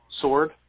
sword